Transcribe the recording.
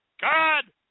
God